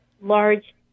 large